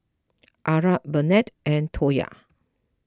Arra Bennett and Toya